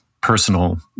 personal